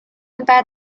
بعد